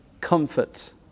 comfort